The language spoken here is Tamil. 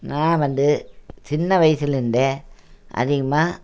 நான் வந்து சின்ன வயசுலேருந்தே அதிகமாக